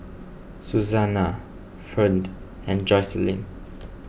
Susanna Ferne and Jocelyne